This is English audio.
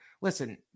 listen